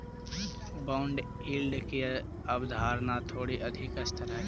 bond yield की अवधारणा थोड़ी अधिक स्तर हई